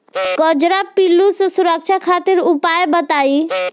कजरा पिल्लू से सुरक्षा खातिर उपाय बताई?